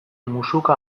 musuka